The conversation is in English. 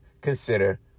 consider